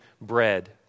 bread